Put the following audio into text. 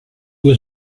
was